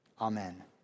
Amen